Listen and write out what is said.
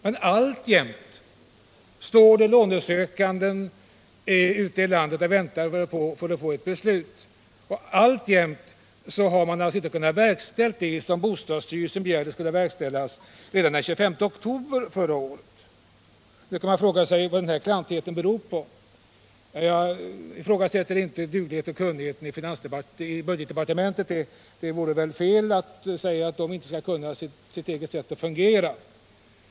Men alltjämt väntar de lånesökande ute i landet på besked. Kommunerna har fortfarande inte kunnat verkställa det som bostadsstyrelsen begärde redan den 25 oktober förra året. Man kan då fråga sig vad den här klantigheten beror på. Jag ifrågasätter inte den duglighet och kunnighet som finns inom budgetdepartementet; det vore felaktigt att påstå att man där inte har klarhet i sitt eget sätt att fungera.